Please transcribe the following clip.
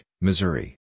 Missouri